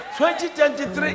2023